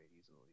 easily